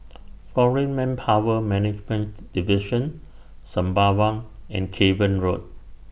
Foreign Manpower Management Division Sembawang and Cavan Road